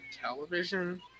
television